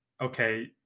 okay